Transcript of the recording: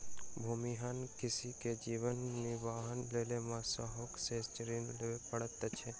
भूमिहीन कृषक के जीवन निर्वाहक लेल साहूकार से ऋण लिअ पड़ैत अछि